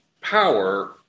power